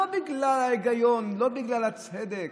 לא בגלל ההיגיון, לא בגלל הצדק,